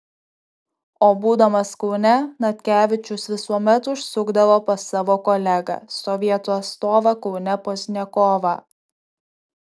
o būdamas kaune natkevičius visuomet užsukdavo pas savo kolegą sovietų atstovą kaune pozdniakovą